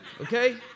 Okay